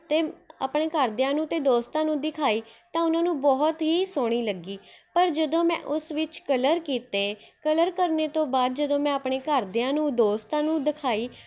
ਅਤੇ ਆਪਣੇ ਘਰ ਦਿਆਂ ਨੂੰ ਅਤੇ ਦੋਸਤਾਂ ਨੂੰ ਦਿਖਾਈ ਤਾਂ ਉਹਨਾਂ ਨੂੰ ਬਹੁਤ ਹੀ ਸੋਹਣੀ ਲੱਗੀ ਪਰ ਜਦੋਂ ਮੈਂ ਉਸ ਵਿੱਚ ਕਲਰ ਕੀਤੇ ਕਲਰ ਕਰਨੇ ਤੋਂ ਬਾਅਦ ਜਦੋਂ ਮੈਂ ਆਪਣੇ ਘਰ ਦਿਆਂ ਨੂੰ ਦੋਸਤਾਂ ਨੂੰ ਦਿਖਾਈ